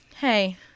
hey